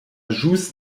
ĵus